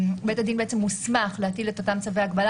בית הדין מוסמך להטיל את אותם צווי הגבלה